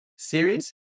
series